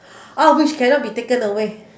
oh which cannot be taken away